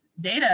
data